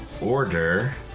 order